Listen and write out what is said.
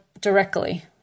directly